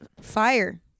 Fire